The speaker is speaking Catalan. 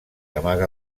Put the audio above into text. amaga